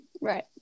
Right